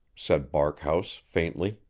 said barkhouse faintly.